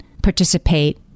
participate